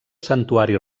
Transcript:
santuari